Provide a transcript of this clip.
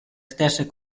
stesse